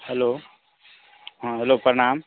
hello हाँ hello प्रणाम